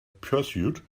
pursuit